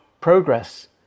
progress